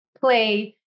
play